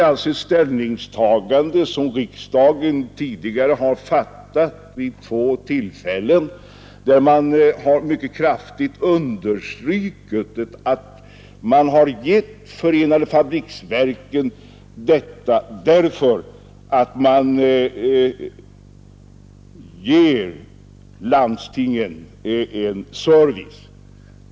Detta är ett ställningstagande som riksdagen tidigare tagit, varvid riksdagen mycket kraftigt understrukit att man givit förenade fabriksverken denna fördel för att man har ett samgående med landstingen.